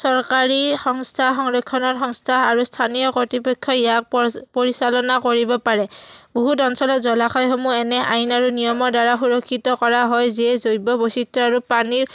চৰকাৰী সংস্থা সংৰক্ষণৰ সংস্থা আৰু স্থানীয় কৰ্তৃপক্ষই ইয়াক পৰিচালনা কৰিব পাৰে বহুত অঞ্চলত জলাশয়সমূহ এনে আইন আৰু নিয়মৰ দ্বাৰা সুৰক্ষিত কৰা হয় যিয়ে জৈৱ বৈচিত্ৰ আৰু পানীৰ